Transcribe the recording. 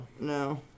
No